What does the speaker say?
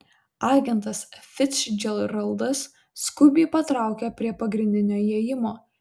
agentas ficdžeraldas skubiai patraukia prie pagrindinio įėjimo